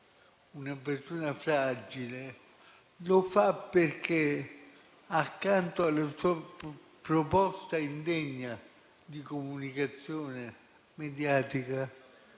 una persona fragile lo fa perché, accanto alla sua proposta indegna di comunicazione mediatica,